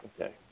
Okay